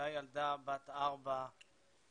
תראו, אני נפגשתי איתו, נפגשתי עם דוד.